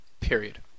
Period